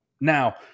Now